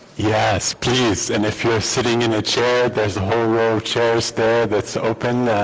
yes please and if you're sitting in a chair there's a whole row chairs there that's open,